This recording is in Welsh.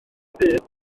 ddydd